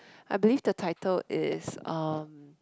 I believe the title is um